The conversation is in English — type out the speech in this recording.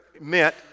meant